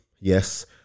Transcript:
yes